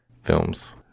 films